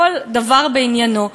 כל דבר בעניינו.